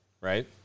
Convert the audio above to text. right